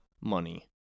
money